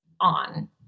on